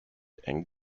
and